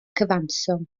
cyfanswm